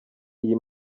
iyi